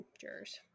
jurors